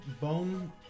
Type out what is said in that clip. bone